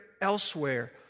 elsewhere